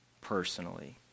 personally